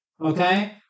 Okay